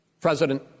President